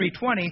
3.20